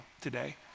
today